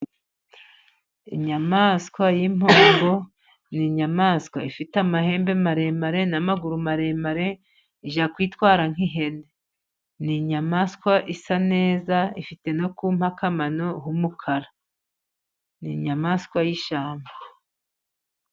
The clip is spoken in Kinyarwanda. Inyamaswa y'impongo, ni inyamaswa ifite amahembe maremare, n'amaguru maremare, ijya kwitwara nk'ihene. Ni inyamaswa isa neza, ifite no ku mpakamano h'umukara. Ni inyamaswa y'ishyamba.